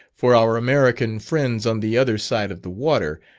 for our american friends on the other side of the water,